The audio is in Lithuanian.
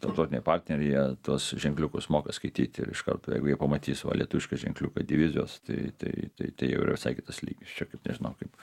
tarptautiniai parteriai jie tuos ženkliukus moka skaityt ir iš karto jeigu jie pamatys va lietuvišką ženkliuką divizijos tai tai tai tai jau yra visai kitas lygis čia kaip nežinau kaip